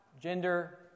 gender